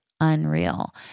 unreal